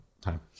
time